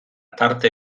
tarte